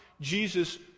Jesus